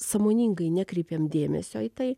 sąmoningai nekreipiam dėmesio į tai